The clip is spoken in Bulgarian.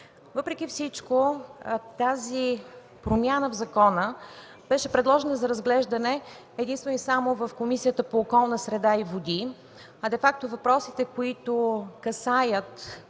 Въпреки всичко тази промяна в закона беше предложена за разглеждане единствено и само в Комисията по околна среда и водите, а де факто въпросите, които касаят